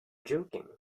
joking